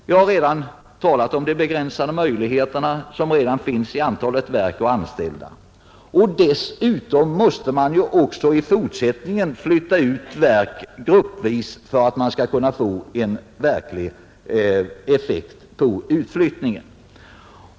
Jag har redan talat om det begränsade antalet verk och anställda, Dessutom måste man ju också i fortsättningen flytta ut verk gruppvis för att man skall kunna få en verklig effekt av utflyttningen.